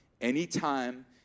Anytime